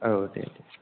औ दे